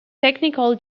technical